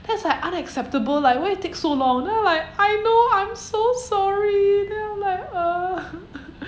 that's like unacceptable like why you take so long then I'm like I know I'm so sorry then I'm like uh